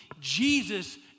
Jesus